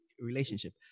relationship